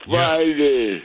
Friday